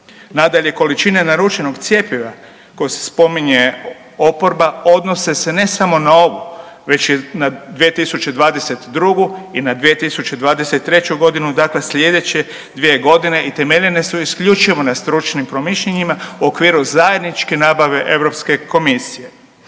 Nadalje, količine naručenog cjepiva koje se spominje oporba odnose se ne samo na ovu već i na 2022. i na 2023. godinu, dakle slijedeće 2 godine i temeljene su isključivo na stručnim promišljanjima u okviru zajedničke nabave Europske komisije.